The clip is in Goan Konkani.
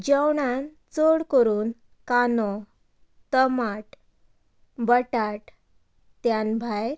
जेवणान चड करून कांदो तमाट बटाट त्यान भायर